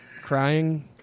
crying